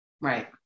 Right